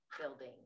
building